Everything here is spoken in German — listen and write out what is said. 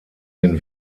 den